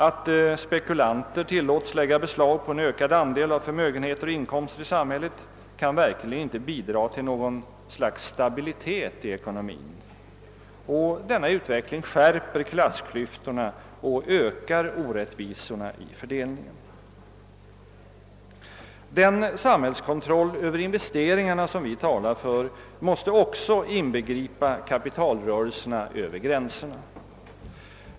Att spekulanter tillåts lägga beslag på en ökad andel av förmögenheter och inkomster i samhället kan verkligen inte bidra till något slags stabilitet i ekonomin, och denna utveckling vidgar klassklyftorna och ökar orättvisorna i fördelningen. Den samhällskontroll över investeringarna som vi talar för måste också inbegripa kapitalrörelser över gränserna.